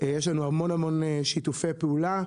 יש לנו המון-המון שיתופי פעולה,